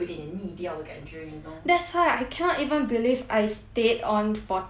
that's why I cannot even believe I stayed on for two freaking years